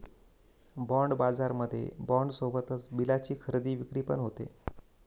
bond बाजारामध्ये bond सोबतच बिलाची खरेदी विक्री पण होते